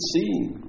seeing